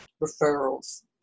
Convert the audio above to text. referrals